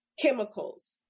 chemicals